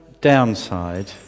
downside